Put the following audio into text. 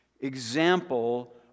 example